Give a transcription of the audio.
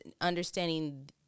understanding